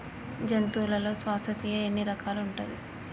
జంతువులలో శ్వాసక్రియ ఎన్ని రకాలు ఉంటది?